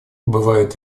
бывают